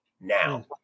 now